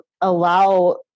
allow